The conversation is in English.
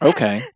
Okay